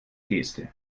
geste